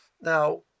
Now